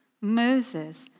Moses